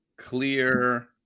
clear